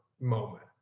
moment